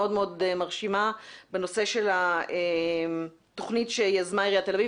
מאוד מרשימה בנושא של התוכנית שיזמה עיריית תל אביב.